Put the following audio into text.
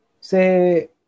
say